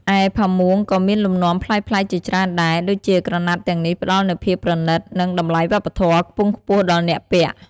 ឯផាមួងក៏មានលំនាំប្លែកៗជាច្រើនដែរ ដូចជាក្រណាត់ទាំងនេះផ្តល់នូវភាពប្រណិត និងតម្លៃវប្បធម៌ខ្ពងខ្ពស់ដល់អ្នកពាក់ ។